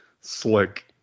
slick